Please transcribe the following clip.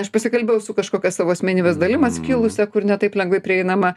aš pasikalbėjau su kažkokia savo asmenybės dalim atskilusia kur ne taip lengvai prieinama